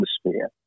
atmosphere